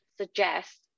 suggest